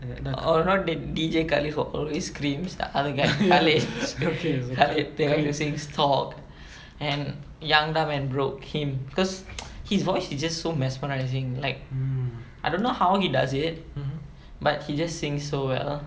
oh not the D_J karlid who always screams the other guy kalid the one who sings stalk and young dumb and broke him cause his voice he's just so mesmerising like I don't know how he does it but he just sings so well